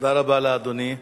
תודה רבה לאדוני.